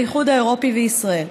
האיחוד האירופי וישראל.